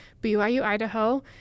BYU-Idaho